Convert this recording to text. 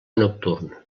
nocturn